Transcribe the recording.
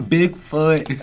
Bigfoot